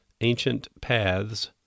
ancientpaths